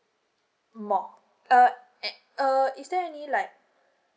more uh and uh is there any like